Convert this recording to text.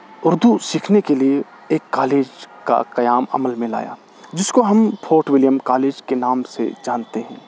اردو سیکھنے کے لیے ایک کالج کا قیام عمل میں لایا جس کو ہم فورٹ ولیم کالج کے نام سے جانتے ہیں